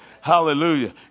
Hallelujah